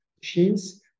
machines